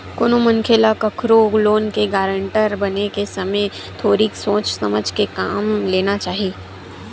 कोनो मनखे ल कखरो लोन के गारेंटर बने के समे थोरिक सोच समझ के काम लेना चाही